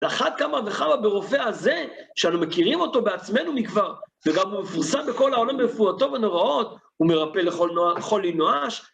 לאחר כמה וכמה ברופא הזה, שאנו מכירים אותו בעצמנו מכבר, וגם הוא מפורסם בכל העולם בפעולתיו הנוראות, הוא מרפא לכל אי נואש.